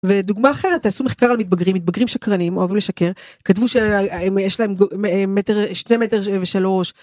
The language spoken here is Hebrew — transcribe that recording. ודוגמא אחרת תעשו מחקר על מתבגרים מתבגרים שקרנים אוהבים לשקר כתבו שיש להם מטר שני מטר ושלוש.